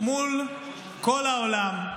מול כל העולם,